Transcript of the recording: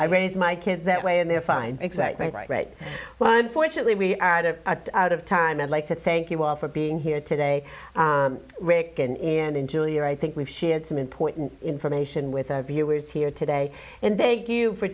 i raise my kids that way and they're fine exactly right well unfortunately we are out of time i'd like to thank you all for being here today and enjoy your i think we've shared some important information with our viewers here today and they give you for